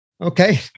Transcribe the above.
Okay